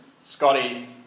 Scotty